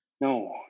No